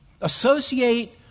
Associate